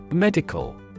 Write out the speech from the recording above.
Medical